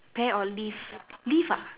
pear or leaf leaf ah